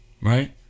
right